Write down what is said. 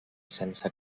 sense